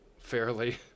fairly